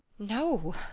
no,